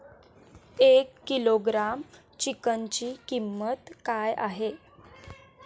एक किलोग्रॅम चिकनची किंमत काय आहे?